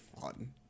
fun